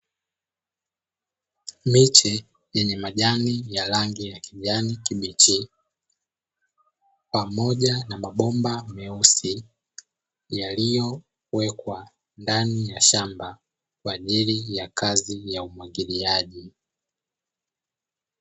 Miche yenye majani ya rangi ya kijani kibichi, pamoja na mabomba meusi yaliyowekwa ndani ya shamba, kwa ajili ya kazi ya umwagiliaji.